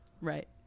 Right